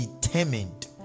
determined